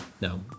No